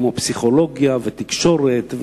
כמו פסיכולוגיה ותקשורת ועוד,